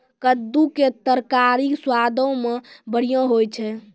कद्दू के तरकारी स्वादो मे बढ़िया होय छै